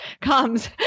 comes